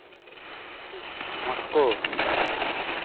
Moscow